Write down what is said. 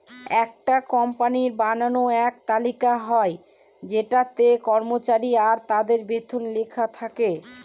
একটা কোম্পানির বানানো এক তালিকা হয় যেটাতে কর্মচারী আর তাদের বেতন লেখা থাকে